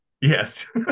Yes